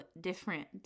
different